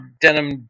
denim